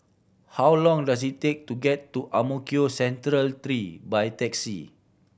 how long does it take to get to Ang Mo Kio Central Three by taxi